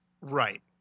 Right